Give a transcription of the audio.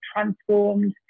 transformed